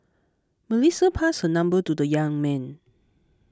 Melissa passed her number to the young man